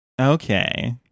Okay